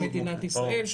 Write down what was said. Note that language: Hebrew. ברור.